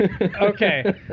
Okay